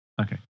Okay